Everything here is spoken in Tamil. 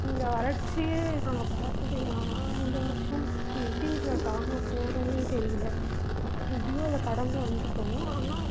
இந்த வறட்சியே நாங்கள் பார்த்ததே இந்த வருஷம் எப்படி இதை தாங்க போகிறோம்னே தெரியல எப்படியும் அதை கடந்து வந்துவிட்டோம் ஆனால்